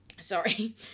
Sorry